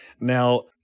Now